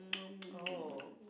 oh